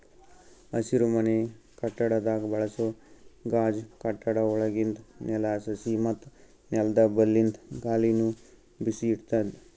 ಹಸಿರುಮನೆ ಕಟ್ಟಡದಾಗ್ ಬಳಸೋ ಗಾಜ್ ಕಟ್ಟಡ ಒಳಗಿಂದ್ ನೆಲ, ಸಸಿ ಮತ್ತ್ ನೆಲ್ದ ಬಲ್ಲಿಂದ್ ಗಾಳಿನು ಬಿಸಿ ಇಡ್ತದ್